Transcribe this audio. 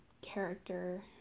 character